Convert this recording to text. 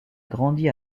grandi